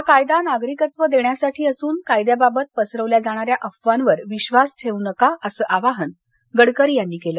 हा कायदा नागरिकत्व देण्यासाठी असून कायद्याबाबत पसरवल्या जाणाऱ्या अफवांवर विश्वास ठेवू नका असं आवाहन गडकरी यांनी केलं